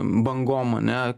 bangom ane